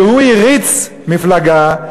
שהריץ מפלגה,